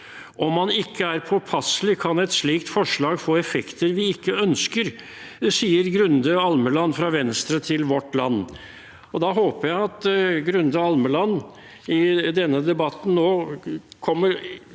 Om man ikke er påpasselig, kan et slikt forslag få effekter vi ikke ønsker, sier Grunde Almeland fra Venstre til Vårt Land.» Da håper jeg at Grunde Almeland i denne debatten nå kommer